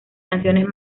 canciones